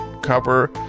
cover